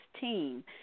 team